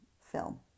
film